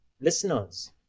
listeners